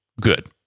Good